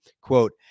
quote